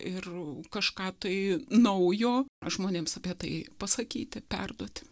ir kažką tai naujo žmonėms apie tai pasakyti perduoti